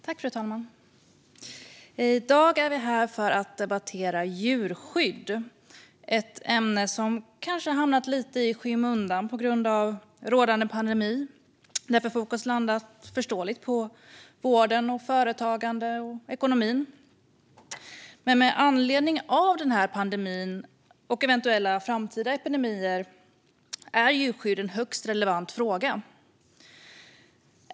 Fru talman! I dag är vi här för att debattera djurskydd. Det är ett ämne som kanske hamnat lite i skymundan på grund av rådande pandemi, där fokus fullt förståeligt landat på vården, företagandet och ekonomin. Men med anledning av den här pandemin och eventuella framtida epidemier är djurskydd en högst relevant fråga.